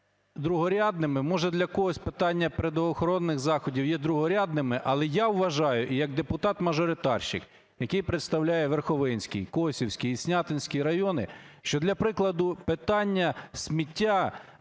другорядними, може, для когось питання природоохоронних заходів є другорядними, але я вважаю, і як депутат-мажоритарщик, який представляє Верховинський, Косівський і Снятинський райони, що, для прикладу, питання сміття,